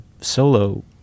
solo